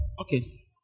Okay